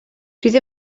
dydw